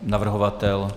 Navrhovatel?